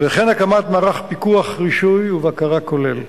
וכן הקמת מערך פיקוח רישוי ובקרה כולל.